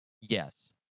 Yes